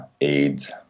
AIDS